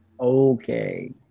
Okay